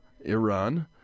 Iran